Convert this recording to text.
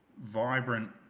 vibrant